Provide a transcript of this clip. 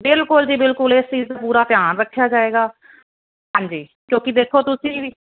ਬਿਲਕੁਲ ਜੀ ਬਿਲਕੁਲ ਇਸ ਚੀਜ਼ ਦਾ ਪੂਰਾ ਧਿਆਨ ਰੱਖਿਆ ਜਾਏਗਾ ਹਾਂਜੀ ਕਿਉਂਕਿ ਦੇਖੋ ਤੁਸੀਂ ਵੀ